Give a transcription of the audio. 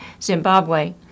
Zimbabwe